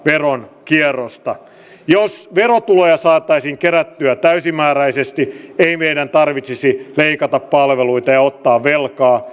veronkierrosta jos verotuloja saataisiin kerättyä täysimääräisesti ei meidän tarvitsisi leikata palveluita ja ottaa velkaa